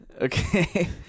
okay